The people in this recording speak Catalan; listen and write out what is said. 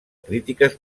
crítiques